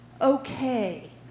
okay